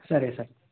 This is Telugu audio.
సరే సార్